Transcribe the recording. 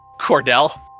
Cordell